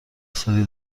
سری